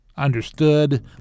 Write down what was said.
Understood